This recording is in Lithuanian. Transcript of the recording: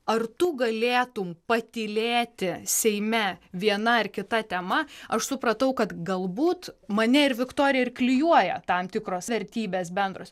ar tu galėtum patylėti seime viena ar kita tema aš supratau kad galbūt mane ir viktoriją ir klijuoja tam tikros vertybės bendros